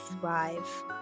thrive